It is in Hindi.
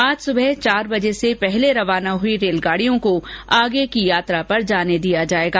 आज सुबह चार बजे से पहले रवाना हुई रेलगाडियों को आगे की यात्रा पर जाने दिया जाएगा